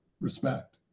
respect